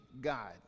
God